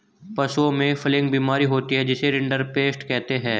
पशुओं में प्लेग बीमारी होती है जिसे रिंडरपेस्ट कहते हैं